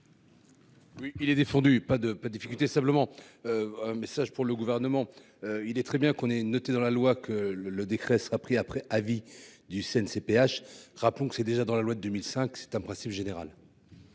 Oui il est défendu pas de difficulté simplement. Un message pour le gouvernement. Il est très bien qu'on est noté dans la loi que le décret sera pris après avis du CNCPH. Rappelons que c'est déjà dans la loi de 2005, c'est un principe général.--